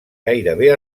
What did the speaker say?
gairebé